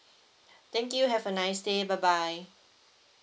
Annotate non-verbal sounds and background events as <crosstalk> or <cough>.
<breath> thank you have a nice day bye bye